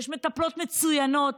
יש מטפלות מצוינות,